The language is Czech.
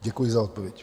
Děkuji za odpověď.